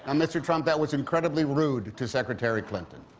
and mr. trump, that was incredibly rude to secretary clinton.